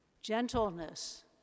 gentleness